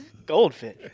Goldfish